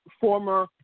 former